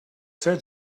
said